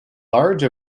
large